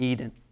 Eden